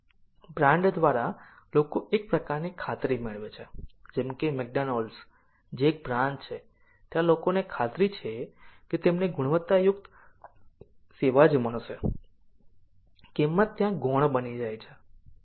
brand દ્રારા લોકો એક પ્રકારની ખાતરી મેળવે છે જેમ કે મેકડોનાલ્ડ્સ જે એક બ્રાંડ છે ત્યાં લોકો ને ખાતરી છે કે તેમને ગુણવત્તાયુક્ત સેવા જ મળશેકીમત ત્યાં ગૌણ બની જાય છે